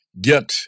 Get